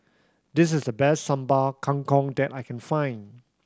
this is the best Sambal Kangkong that I can find